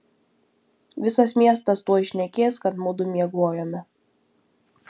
visas miestas tuoj šnekės kad mudu miegojome